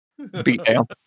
beatdown